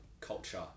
culture